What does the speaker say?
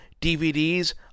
dvds